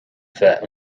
bheith